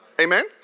Amen